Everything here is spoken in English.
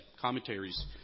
Commentaries